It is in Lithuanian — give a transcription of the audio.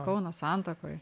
kauno santakoj